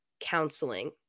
Counseling